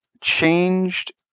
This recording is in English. changed